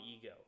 ego